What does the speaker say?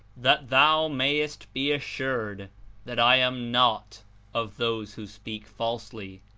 that thou mayest be assured that i am not of those who speak falsely.